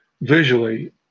visually